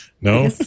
no